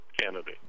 Kennedy